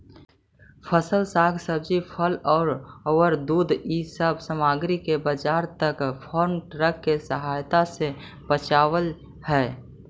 फसल, साग सब्जी, फल औउर दूध इ सब सामग्रि के बाजार तक फार्म ट्रक के सहायता से पचावल हई